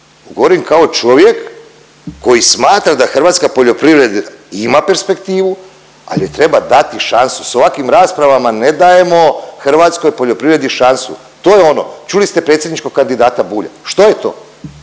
govorim kao čovjek koji smatra da hrvatska poljoprivreda ima perspektivu, ali joj treba dati šansu, s ovakvim raspravama ne dajemo hrvatskoj poljoprivredi šansu, to je ono. Čuli ste predsjedničkog kandidata Bulja, što je to,